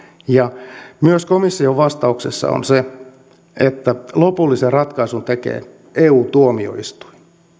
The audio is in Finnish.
ja myös komission vastauksessa on se että lopullisen ratkaisun tekee eu tuomioistuin